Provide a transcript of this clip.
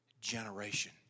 generation